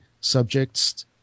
subjects